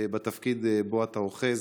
בתפקיד שבו אתה אוחז.